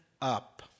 up